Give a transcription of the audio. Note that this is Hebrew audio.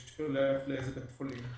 כדי שתוכלו לדעת לאיזה בית חולים.